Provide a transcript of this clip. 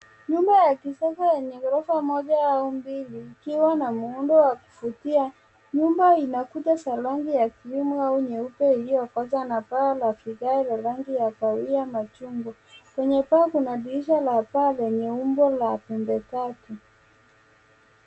Nyumba ya kisasa yenye ghorofa moja au mbili ikiwa na muundo wa kuvutia. Nyumba ina kuta za rangi ya krimu au nyeupe iliyokoza na paa la vigae vya rangi ya kahawia machungwa. Kwenye paa kuna dirisha la paa lenye umbo la pande tatu.